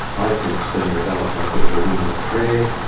i think it's been developed on a bit of a wing and a prayer,